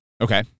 Okay